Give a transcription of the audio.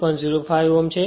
05 Ω છે